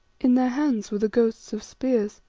in their hands were the ghosts of spears.